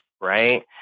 right